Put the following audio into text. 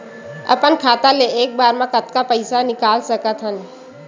अपन खाता ले एक बार मा कतका पईसा निकाल सकत हन?